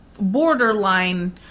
borderline